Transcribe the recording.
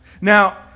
Now